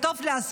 זה טוב לעסקים.